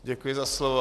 Děkuji za slovo.